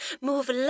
move